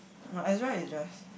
but Ezra is just